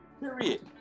period